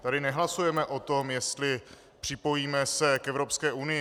Tady nehlasujeme o tom, jestli se připojíme k Evropské unii.